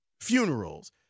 funerals